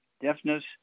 Deafness